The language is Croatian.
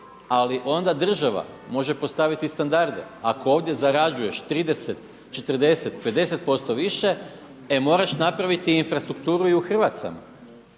Ali onda država može postaviti standarde, ako ovdje zarađuješ 30, 40, 50% više e moraš napraviti infrastrukturu i u Hrvacima.